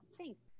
Thanks